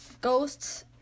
Ghosts